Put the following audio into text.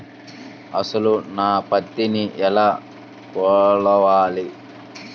అసలు నా పత్తిని ఎలా కొలవాలి?